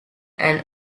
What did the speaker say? and